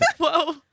Whoa